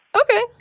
Okay